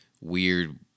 weird